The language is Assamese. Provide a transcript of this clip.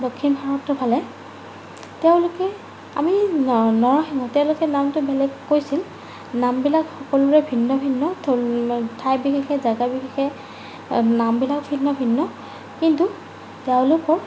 দক্ষিণ ভাৰতৰফালে তেওঁলোকে আমি তেওঁলোকে নামটো বেলেগ কৈছিল নামবিলাক সকলোৰে ভিন্ন ভিন্ন ঠাই বিশেষে জেগা বিশেষে নামবিলাক ভিন্ন ভিন্ন কিন্তু তেওঁলোকক